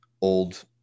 old